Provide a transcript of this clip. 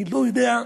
אני מספרת